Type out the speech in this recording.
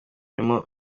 urimo